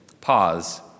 pause